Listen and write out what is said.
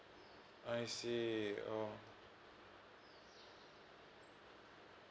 I see oh